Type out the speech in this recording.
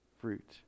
fruit